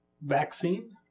vaccine